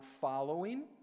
following